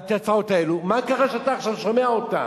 מה קרה שאתה עכשיו שומע אותן?